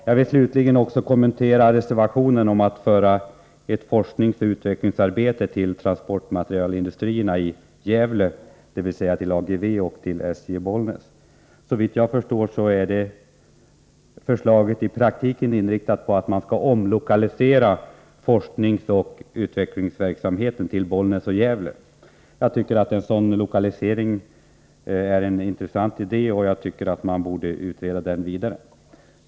Jag vill slutligen kommentera reservationen om att knyta ett forskningsoch utvecklingsarbete till transportmaterielindustrierna i Gävle och Bollnäs, dvs. till AGV i Gävle och SJ i Bollnäs. Såvitt jag förstår är det förslaget i praktiken inriktat på att forskningsoch utvecklingsverksamhet skall omlokaliseras till Bollnäs och Gävle. Jag tycker att en sådan lokalisering är en intressant idé, och jag tycker att den borde utredas vidare.